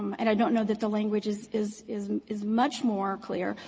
and i don't know that the language is is is is much more clear,